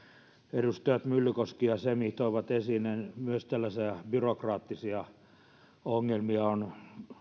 edustajat myllykoski ja semi toivat esiin niin myös tällaisia byrokraattisia ongelmia on